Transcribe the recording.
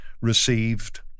received